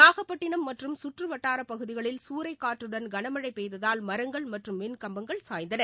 நாகப்பட்டினம் மற்றும் சுற்றுவட்டாரப் பகுதிகளில் சூறைக்காற்றுடன் கனமழைபெய்ததால் மரங்கள் மற்றும் மின்கம்பங்கள் சாய்ந்துள்ளன